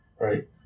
right